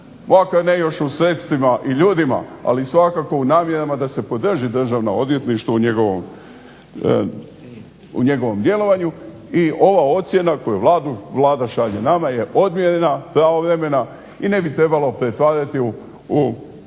makar ne još u sredstvima i ljudima ali svakako u namjerama da se podrži Državno odvjetništvo u njegovom djelovanju i ova ocjena koju Vlada šalje nama je odmjerena, pravovremena i ne bi trebalo pretvarat ju